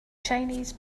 chinese